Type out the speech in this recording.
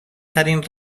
ترین